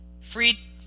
Free